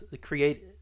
create